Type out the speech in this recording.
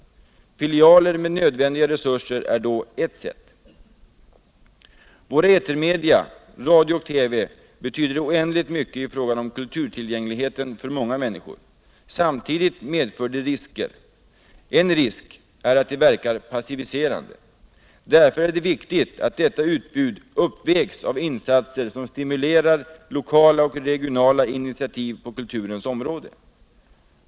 Filialer med nödvändiga resurser är då ett säll. Våra etermedia, radio och TV, betyder för många människor oändligt mycket i fråga om kulturtillgänglighet. Samtidigt medför de risker. En risk är alt de verkar passiviserande. Därför är det viktigt att detta utbud uppvägs av insatser som stimulerar lokala och regionala initiativ på kulturens område.